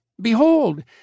Behold